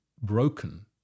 Broken